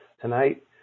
tonight